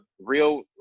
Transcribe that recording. real